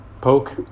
poke